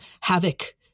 Havoc